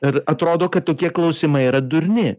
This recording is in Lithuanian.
ir atrodo kad tokie klausimai yra durni